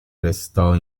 restò